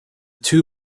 two